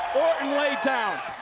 and laid down.